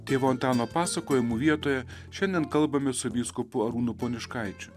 tėvo antano pasakojimų vietoje šiandien kalbamės su vyskupu arūnu poniškaičiu